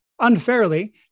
unfairly